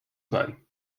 sein